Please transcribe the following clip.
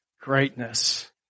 greatness